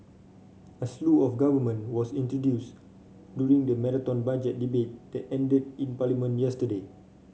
a slew of government was introduced during the Marathon Budget Debate that ended in Parliament yesterday